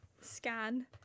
scan